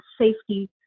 safety